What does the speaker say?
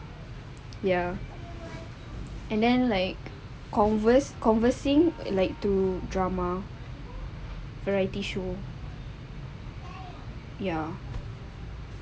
ya and then like converse conversing like to drama variety show ya